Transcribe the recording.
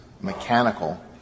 mechanical —